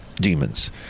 demons